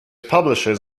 publishes